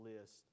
list